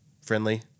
friendly